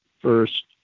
first